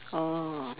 oh